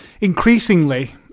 Increasingly